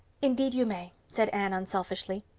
indeed you, may said anne unselfishly.